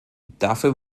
dafür